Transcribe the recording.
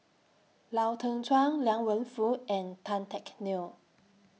Lau Teng Chuan Liang Wenfu and Tan Teck Neo